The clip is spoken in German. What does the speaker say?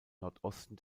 nordosten